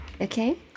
Okay